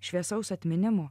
šviesaus atminimo